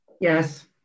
Yes